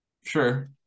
Sure